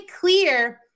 clear